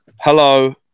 Hello